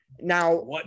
Now